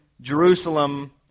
Jerusalem